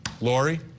Lori